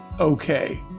okay